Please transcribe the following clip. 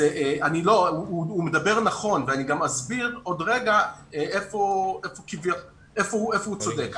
הוא מדבר נכון ואני בעוד רגע אסביר איפה הוא צודק.